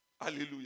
Hallelujah